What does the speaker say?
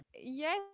Yes